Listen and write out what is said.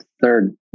third